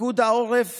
פיקוד העורף